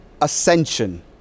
Ascension